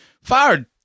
fired